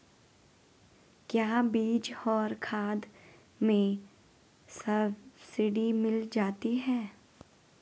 क्या बीज और खाद में सब्सिडी मिल जाती है?